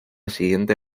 siguiente